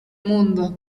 mundo